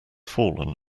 fallen